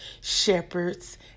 shepherds